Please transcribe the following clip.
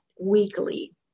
weekly